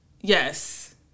yes